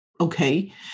okay